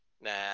Nah